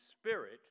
spirit